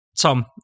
Tom